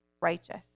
righteous